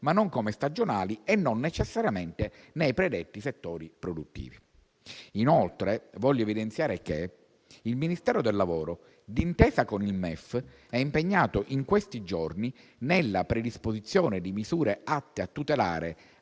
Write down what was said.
ma non come stagionali e non necessariamente nei predetti settori produttivi. Voglio inoltre evidenziare che il Ministero del lavoro, d'intesa con il MEF, in questi giorni è impegnato nella predisposizione di misure atte a tutelare